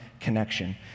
connection